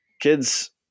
kids